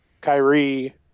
Kyrie –